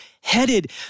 headed